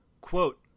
Quote